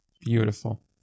Beautiful